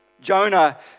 Jonah